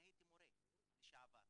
אני מורה לשעבר.